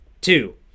two